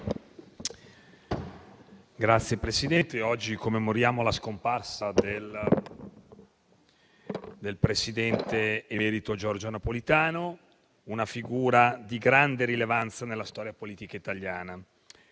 Signor Presidente, oggi commemoriamo il presidente emerito Giorgio Napolitano, una figura di grande rilevanza nella storia politica italiana.